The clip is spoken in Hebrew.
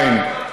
ראש העין,